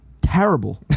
Terrible